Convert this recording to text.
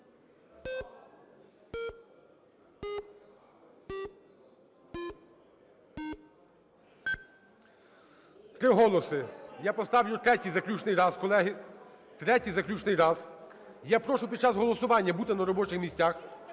Три голоси. Я поставлю третій, заключний раз, колеги. Третій, заключний раз. І я прошу під час голосування бути на робочих місцях.